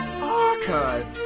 Archive